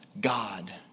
God